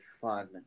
fun